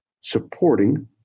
supporting